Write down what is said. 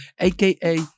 aka